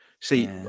See